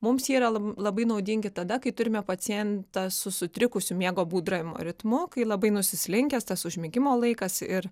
mums jie yra labai naudingi tada kai turime pacientą su sutrikusiu miego būdravimo ritmu kai labai nusislinkęs tas užmigimo laikas ir